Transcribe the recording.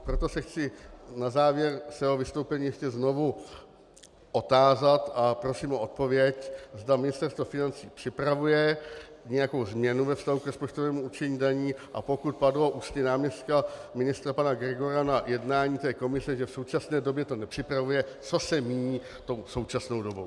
Proto se chci na závěr svého vystoupení ještě znovu otázat, a prosím o odpověď, zda Ministerstvo financí připravuje nějakou změnu ve vztahu k rozpočtovému určení daní, a pokud padlo ústy náměstka ministra pana Gregora na jednání komise, že v současné době to nepřipravuje, co se míní tou současnou dobou.